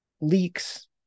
leaks